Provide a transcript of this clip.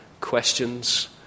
questions